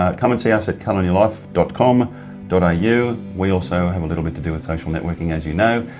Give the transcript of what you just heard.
ah come and see us at colour in your life dot com dot au. we also have a little bit to do with social networking as you know,